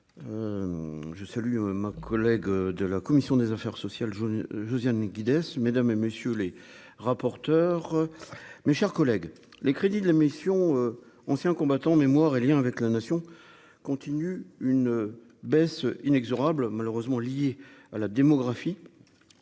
je salue ma collègue de la commission des affaires sociales, Josiane Guinness, mesdames et messieurs les rapporteurs, mes chers collègues, les crédits de la mission Anciens combattants, mémoire et Liens avec la nation continue une baisse inexorable malheureusement liés à la démographie